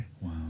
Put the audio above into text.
Wow